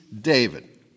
David